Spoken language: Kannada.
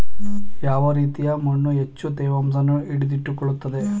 ಯಾವ ರೀತಿಯ ಮಣ್ಣು ಹೆಚ್ಚು ತೇವಾಂಶವನ್ನು ಹಿಡಿದಿಟ್ಟುಕೊಳ್ಳುತ್ತದೆ?